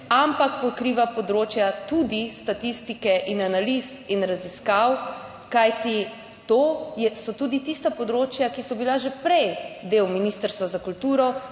ampak pokriva področja tudi statistike in analiz in raziskav. Kajti to so tudi tista področja, ki so bila že prej del Ministrstva za kulturo,